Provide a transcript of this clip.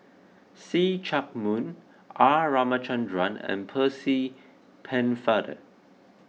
See Chak Mun R Ramachandran and Percy Pennefather